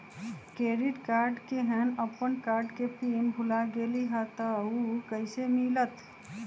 Credit card केहन अपन card के पिन भुला गेलि ह त उ कईसे मिलत?